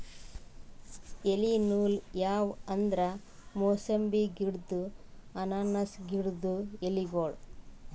ಎಲಿ ನೂಲ್ ಯಾವ್ ಅಂದ್ರ ಮೂಸಂಬಿ ಗಿಡ್ಡು ಅನಾನಸ್ ಗಿಡ್ಡು ಎಲಿಗೋಳು